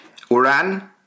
Uran